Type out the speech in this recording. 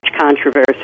controversy